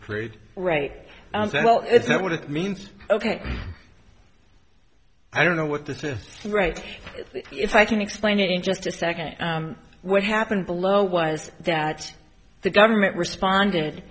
trade right well it's not what it means ok i don't know what this is right if i can explain it in just a second what happened below was that the government responded